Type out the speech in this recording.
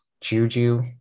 Juju